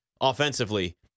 offensively